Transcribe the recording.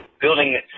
Building